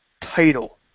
title